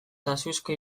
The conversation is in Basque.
taxuzko